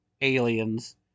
aliens